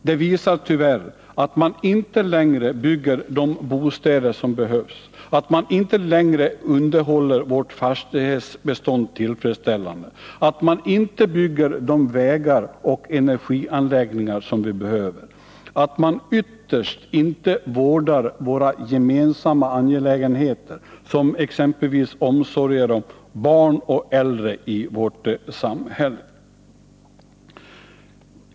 Det visar tyvärr: att man inte längre bygger de bostäder som behövs, att man inte längre underhåller vårt fastighetsbestånd tillfredställande, att man inte bygger de vägar och energianläggningar som vi behöver, att man ytterst inte vårdar våra gemensamma angelägenheter, som exempelvis omsorger om barn och äldre i vårt samhälle.